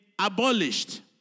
abolished